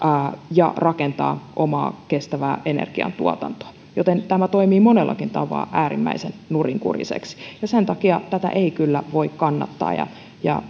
ja rakentaa omaa kestävää energiantuotantoa joten tämä toimii monellakin tapaa äärimmäisen nurinkurisesti sen takia tätä ei kyllä voi kannattaa ja ja